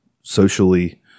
socially